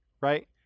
right